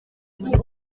muri